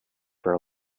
for